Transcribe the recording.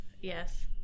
yes